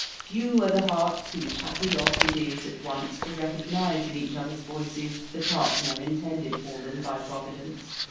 few are the hearts whose happy lot it is at once to recognise in each other's voices the partner intended for them by providence,